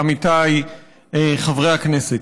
עמיתיי חברי הכנסת.